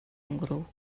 өнгөрөв